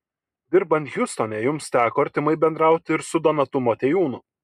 dirbant hjustone jums teko artimai bendrauti ir su donatu motiejūnu